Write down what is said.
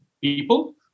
people